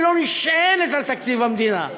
היא לא נשענת על תקציב המדינה.